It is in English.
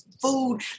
food